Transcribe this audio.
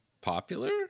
popular